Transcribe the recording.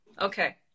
Okay